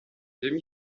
demi